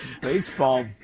Baseball